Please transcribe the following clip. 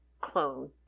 clone